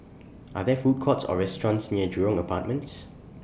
Are There Food Courts Or restaurants near Jurong Apartments